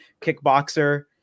kickboxer